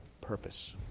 purpose